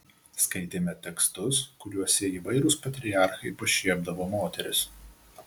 skaitėme tekstus kuriuose įvairūs patriarchai pašiepdavo moteris